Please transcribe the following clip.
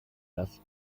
das